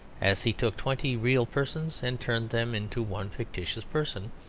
as he took twenty real persons and turned them into one fictitious person,